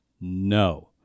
No